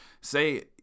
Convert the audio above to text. Say